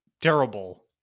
terrible